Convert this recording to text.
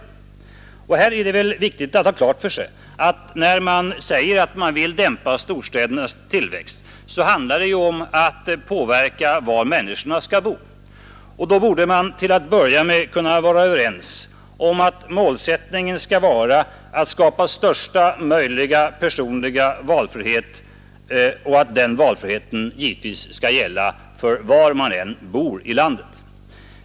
Här är det viktigt att ha klart för sig att när man säger att man vill dämpa storstädernas tillväxt så handlar det om att påverka människornas val av boplats. Då borde man till att börja med kunna vara överens om att målsättningen skall vara att skapa största möjliga personliga valfrihet och att den valfriheten givetvis skall gälla var än i landet man bor.